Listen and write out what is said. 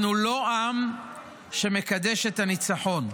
אנחנו לא עם שמקדש את הניצחון,